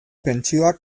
pentsioak